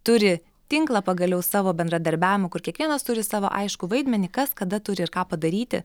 turi tinklą pagaliau savo bendradarbiavimo kur kiekvienas turi savo aiškų vaidmenį kas kada turi ir ką padaryti